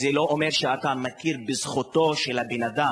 זה לא אומר שאתה מכיר בזכותו של הבן-אדם.